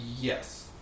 yes